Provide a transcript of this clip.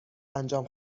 انجام